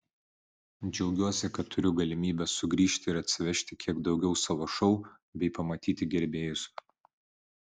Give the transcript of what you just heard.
džiaugiuosi kad turiu galimybę sugrįžti ir atsivežti kiek daugiau savo šou bei pamatyti gerbėjus